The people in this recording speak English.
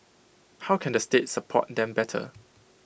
how can the state support them better